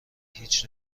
هیچ